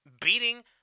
beating